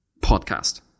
podcast